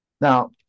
Now